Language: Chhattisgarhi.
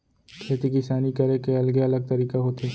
खेती किसानी करे के अलगे अलग तरीका होथे